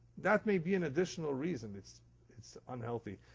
that may be an additional reason, it's it's unhealthy.